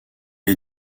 est